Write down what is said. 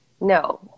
no